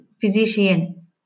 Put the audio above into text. Physician